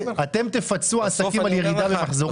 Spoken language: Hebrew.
תפצו עסקים על ירידה במחזורים?